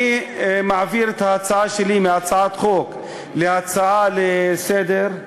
אני מעביר את ההצעה שלי מהצעת חוק להצעה לסדר-היום.